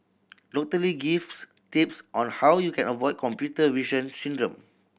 Doctor Lee gives tips on how you can avoid computer vision syndrome